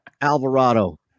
Alvarado